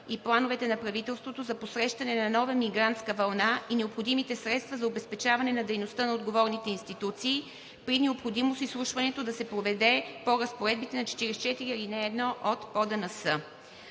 и плановете на правителството за посрещане на нова мигрантски вълна и необходимите средства за обезпечаване на дейността на отговорните институции. При необходимост изслушването да се проведе по разпоредбите на чл. 44, ал. 1 от ПОДНС.